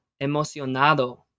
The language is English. emocionado